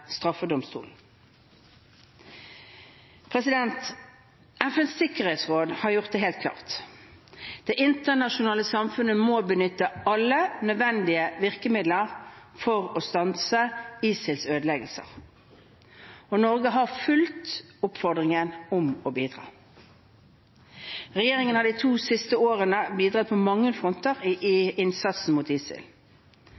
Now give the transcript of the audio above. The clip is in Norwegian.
straffedomstolen. FNs sikkerhetsråd har gjort det helt klart: Det internasjonale samfunnet må benytte alle nødvendige virkemidler for å stanse ISILs ødeleggelser. Norge har fulgt oppfordringen om å bidra. Regjeringen har de siste to årene bidratt på mange fronter i innsatsen mot ISIL. Vår innsats skjer i